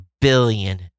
billion